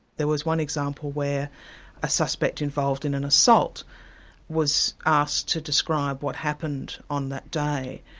there was one example where a suspect involved in an assault was asked to describe what happened on that day.